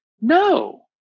no